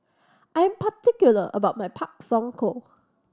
I'm particular about my Pak Thong Ko